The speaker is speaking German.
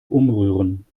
umrühren